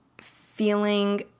feeling